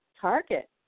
target